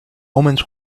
omens